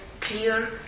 clear